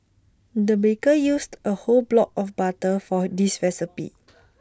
the baker used A whole block of butter for this recipe